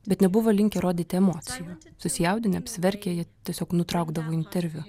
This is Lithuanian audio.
bet nebuvo linkę rodyti emocijų susijaudinę apsiverkia jie tiesiog nutraukdavo interviu